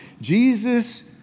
Jesus